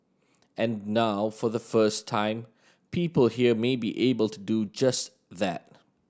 and now for the first time people here may be able to do just that